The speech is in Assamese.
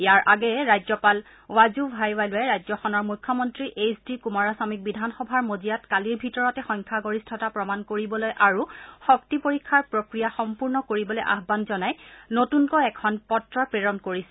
ইয়াৰ আগেয়ে ৰাজ্যপাল ৱাজু ভাইৱালাই ৰাজ্যখনৰ মুখ্যমন্ত্ৰী এইচ ডি কুমাৰস্বামীক বিধানসভাৰ মজিয়াত কালিৰ ভিতৰতে সংখ্যাগৰিষ্ঠতা প্ৰমাণ কৰিবলৈ আৰু শক্তি পৰীক্ষাৰ প্ৰক্ৰিয়া সম্পূৰ্ণ কৰিবলৈ আহান জনাই নতুনকৈ এখন পত্ৰ প্ৰেৰণ কৰিছিল